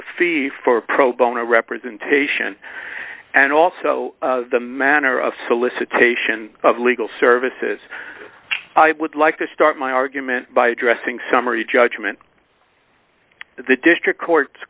a fee for pro bono representation and also the manner of solicitation of legal services i would like to start my argument by addressing summary judgment the district courts